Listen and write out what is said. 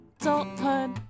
Adulthood